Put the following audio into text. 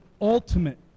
ultimate